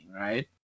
right